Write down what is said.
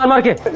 um i'll get